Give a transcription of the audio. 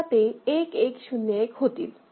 आता ते 1 1 0 1 होतील